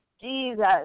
Jesus